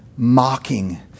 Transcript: mocking